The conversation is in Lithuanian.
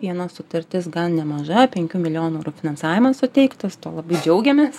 viena sutartis gan nemaža penkių milijonų eurų finansavimas suteiktas tuo labai džiaugiamės